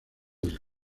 del